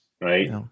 right